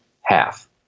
half